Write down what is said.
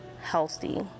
healthy